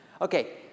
Okay